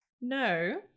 No